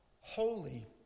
holy